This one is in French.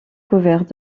couverts